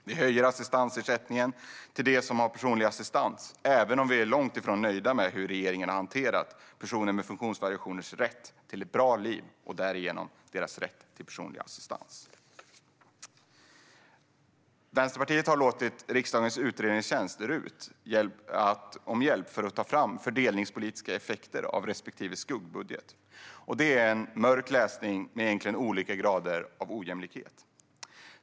Vi höjer assistansersättningen till dem som har personlig assistans, även om vi är långt ifrån nöjda med hur regeringen har hanterat rätten till ett bra liv för personer med funktionsvariationer och därigenom deras rätt till personlig assistans. Vänsterpartiet har bett riksdagens utredningstjänst, RUT, om hjälp för att ta fram fördelningspolitiska effekter av respektive skuggbudget. Det är en mörk läsning med olika grader av ojämlikhet.